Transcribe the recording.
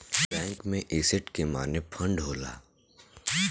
bank में asset के माने फंड होला